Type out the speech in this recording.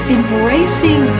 Embracing